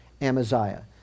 Amaziah